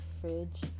fridge